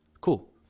Cool